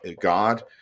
God